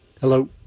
Hello